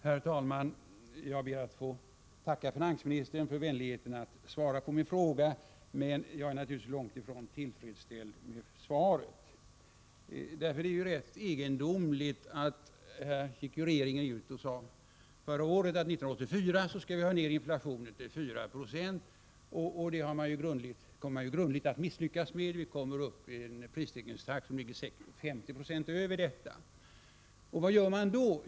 Herr talman! Jag ber att få tacka finansministern för vänligheten att svara på min fråga, men jag är naturligtvis långt ifrån tillfredsställd med svaret. Regeringen gick förra året ut och sade att den 1984 skulle få ned inflationen till 4 96. Det kommer regeringen att grundligt misslyckas med, eftersom vi kommer upp i en prisstegringstakt som säkerligen ligger 50 90 över det här målet. Vad gör regeringen då?